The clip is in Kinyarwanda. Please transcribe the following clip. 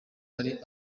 hari